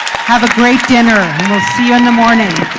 have a great dinner. see you in the morning.